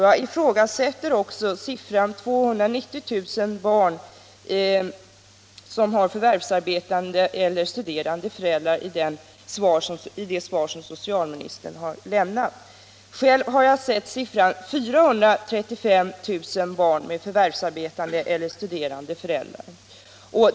Jag ifrågasätter vidare uppgiften i socialministerns svar att det finns 290 000 barn med förvärvsarbetande eller studerande föräldrar. Själv har jag sett uppgiften att det skulle finnas 435 000 barn med förvärvsarbetande eller studerande föräldrar.